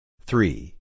Three